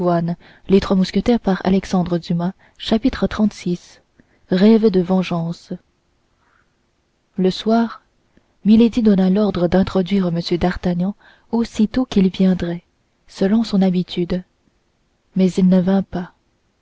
rêve de vengeance le soir milady donna l'ordre d'introduire m d'artagnan aussitôt qu'il viendrait selon son habitude mais il ne vint pas